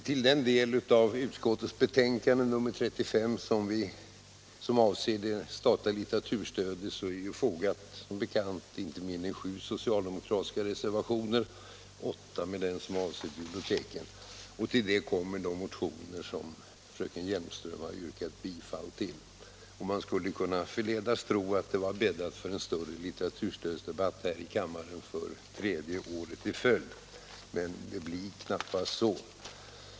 Till den del av utskottets betänkande nr 35 som avser det statliga litteraturstödet har som bekant fogats inte mindre än sju socialdemokratiska reservationer — åtta med den som avser biblioteken — och till detta kommer de motioner som fröken Hjelmström har yrkat bifall till. Man skulle kunna förledas tro att det var bäddat för en större litteraturstödsdebatt här i kammaren -— för tredje året i följd. Men det blir knappast så.